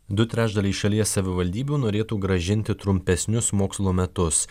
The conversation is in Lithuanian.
du trečdaliai šalies savivaldybių norėtų grąžinti trumpesnius mokslo metus